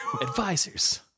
Advisors